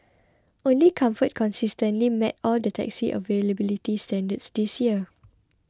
only Comfort consistently met all the taxi availability standards this year